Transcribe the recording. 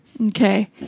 Okay